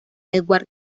edward